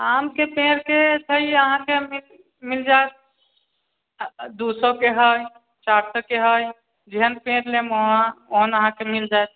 आम के पेड़ के छै अहाँकेॅं मिल जायत दू सए के हय चारि सए के हय जेहन पेड़ लेम अहाँ ओहन अहाँके मिल जायत